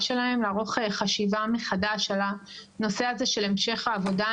שלהן לערוך חשיבה מחדש על הנושא הזה של המשך העבודה,